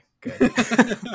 good